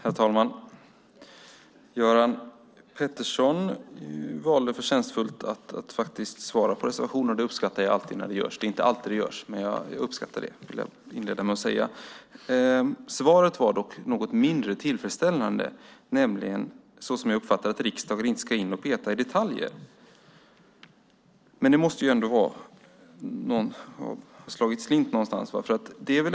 Herr talman! Göran Pettersson valde förtjänstfullt att svara på reservationer. Det uppskattar jag. Det är inte alltid det görs. Svaret var dock något mindre tillfredsställande, nämligen att riksdagen inte ska peta i detaljer. Det måste ha slagit slint någonstans.